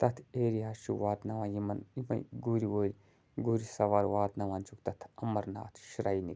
تَتھ ایریا ہَس چھُ واتناوان یِمَن یِمے گُرۍ وٲلۍ گُرۍ سَوار واتناوان چھِکھ تَتھ اَمرناتھ شرٛاینہِ